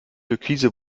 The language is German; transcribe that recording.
türkise